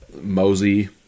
Mosey